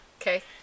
Okay